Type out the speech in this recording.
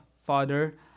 Father